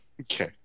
Okay